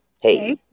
Hey